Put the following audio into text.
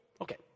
Okay